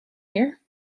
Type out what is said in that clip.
here